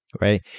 Right